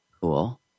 Cool